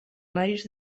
mèrits